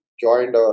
joined